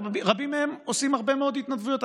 רבים מהם עושים הרבה מאוד התנדבויות.